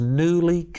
newly